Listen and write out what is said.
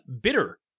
bitter